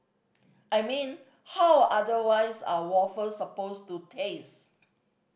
I mean how otherwise are waffles supposed to taste